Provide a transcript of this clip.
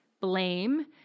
blame